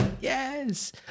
Yes